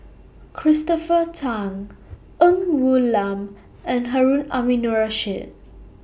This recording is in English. Christopher Tan Ng Woon Lam and Harun Aminurrashid